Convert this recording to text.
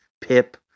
Pip